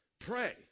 pray